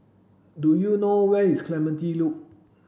do you know where is Clementi Loop